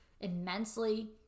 immensely